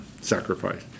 sacrifice